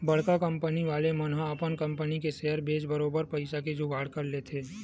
बड़का कंपनी वाले मन ह अपन कंपनी के सेयर बेंच के बरोबर पइसा के जुगाड़ कर लेथे